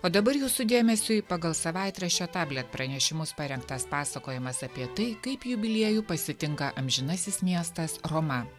o dabar jūsų dėmesiui pagal savaitraščio tablet pranešimus parengtas pasakojimas apie tai kaip jubiliejų pasitinka amžinasis miestas roma